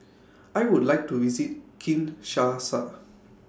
I Would like to visit Kinshasa